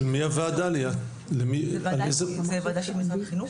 זו ועדה ייחודית במשרד החינוך,